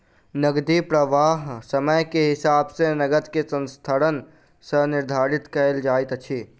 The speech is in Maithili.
नकदी प्रवाह समय के हिसाब सॅ नकद के स्थानांतरण सॅ निर्धारित कयल जाइत अछि